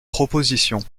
propositions